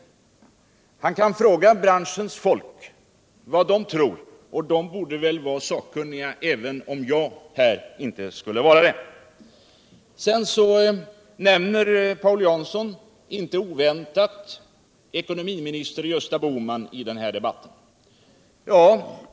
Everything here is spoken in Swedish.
Paul Jansson kan fråga branschens folk om vad de tror — de borde väl varu sakkunniga, även om jag inte skulle vara det. Inte oväntat nämner Paul Jansson ekonomiminister Gösta Bohman.